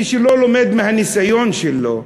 מי שלא לומד מהניסיון שלו,